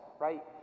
right